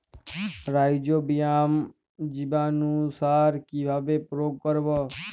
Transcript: Rhizobium জীবানুসার কিভাবে প্রয়োগ করব?